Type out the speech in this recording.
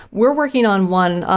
we're working on one, ah